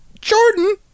Jordan